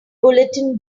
bulletin